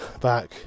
back